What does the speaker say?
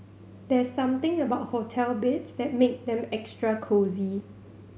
there's something about hotel beds that make them extra cosy